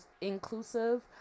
inclusive